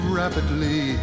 rapidly